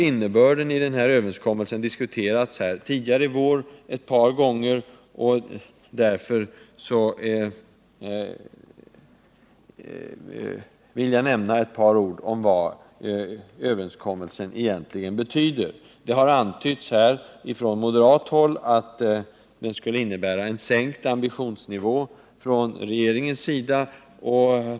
Innebörden av denna överenskommelse har diskuterats här tidigare i vår ett par gånger, och därför vill jag säga ett par ord om vad överenskommelsen egentligen betyder. Det har antytts här från moderat håll att den skulle innebära en sänkt ambitionsnivå från regeringens sida.